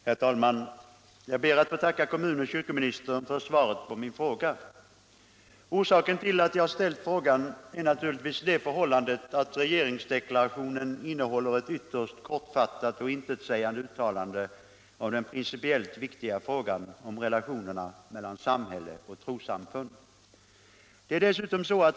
Herr talman! Jag ber att få tacka kommunoch kyrkoministern för svaret på min fråga. Orsaken till att jag ställt frågan är naturligtvis det förhållandet att regeringsdeklarationen innehåller ett ytterst kortfattat och intetsägande uttalande om den principiellt viktiga frågan om relationerna mellan samhälle och trossamfund.